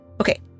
Okay